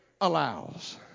allows